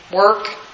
Work